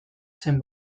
zen